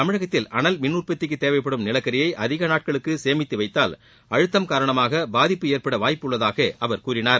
தமிழகத்தில் அனல் மின் உற்பத்திக்கு தேவைப்படும் நிலக்கரியை அதிக நாட்களுக்கு சேமித்து வைத்தால் அழுத்தம் காரணமாக பாதிப்பு ஏற்பட வாய்ப்பு உள்ளதாக அவர் கூறினார்